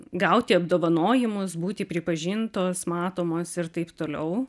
gauti apdovanojimus būti pripažintos matomos ir taip toliau